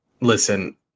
listen